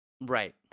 Right